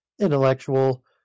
intellectual